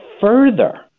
further